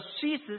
Jesus